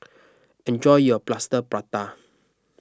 enjoy your Plaster Prata